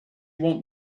want